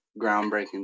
groundbreaking